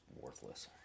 worthless